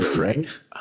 right